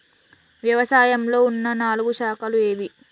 వ్యవసాయంలో ఉన్న నాలుగు శాఖలు ఏవి?